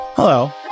Hello